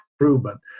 improvement